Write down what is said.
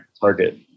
target